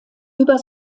über